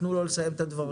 תנו לו לסיים את הדברים.